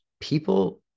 people